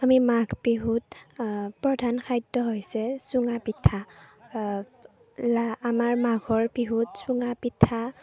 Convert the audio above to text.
আমি মাঘ বিহুত প্ৰধান খাদ্য হৈছে চুঙা পিঠা আমাৰ মাঘৰ বিহুত চুঙা পিঠা